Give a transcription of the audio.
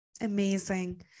Amazing